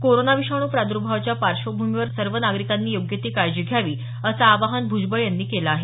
corona विषाणू प्राद्र्भावाच्या पार्श्वभूमीवर सर्व नागरिकांनी योग्य ती काळजी घ्यावी असं आवाहन भूजबळ यांनी केल आहे